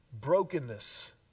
brokenness